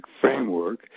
framework